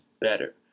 better